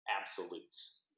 absolutes